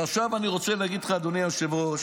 עכשיו אני רוצה להגיד לך, אדוני היושב-ראש,